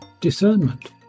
discernment